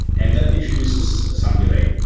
and that introduces some delay,